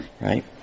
right